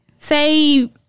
Say